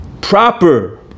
proper